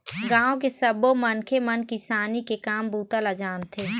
गाँव के सब्बो मनखे मन किसानी के काम बूता ल जानथे